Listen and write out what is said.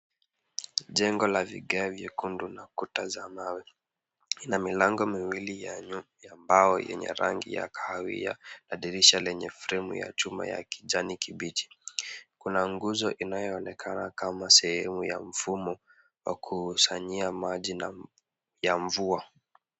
Jengo la vigae vyekundu na kuta za mawe. Ina milango miwili ya mbao yenye rangi ya kahawia na dirisha lenye fremu ya chuma ya kijani kibichi. Kuna nguzo inayoonekana kama sehemu ya mfumo wa kusanyia maji ya mvua.